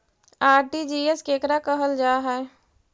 RTGS केकरा कहल जा है?